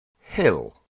Hill